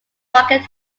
rocket